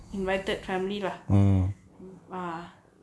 invited family lah ah